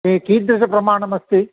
कि कीदृशप्रमाणमस्ति